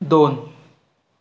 दोन